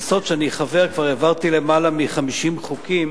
בכנסות שאני חבר כבר העברתי למעלה מ-50 חוקים,